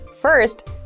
First